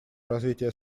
развития